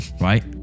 right